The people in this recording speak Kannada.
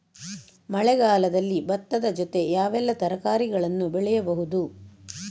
ಮಳೆಗಾಲದಲ್ಲಿ ಭತ್ತದ ಜೊತೆ ಯಾವೆಲ್ಲಾ ತರಕಾರಿಗಳನ್ನು ಬೆಳೆಯಬಹುದು?